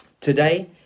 Today